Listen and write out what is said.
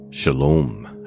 Shalom